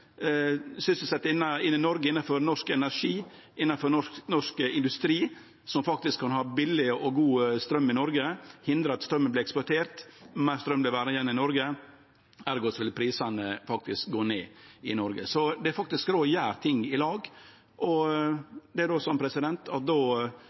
i Noreg innanfor norsk energi og innanfor norsk industri, og som faktisk kan gje billig og god straum i Noreg, hindre at straumen blir eksportert, og gjere at meir straum blir verande igjen i Noreg. Ergo vil prisane faktisk gå ned i Noreg. Så det er faktisk råd å gjere ting i lag.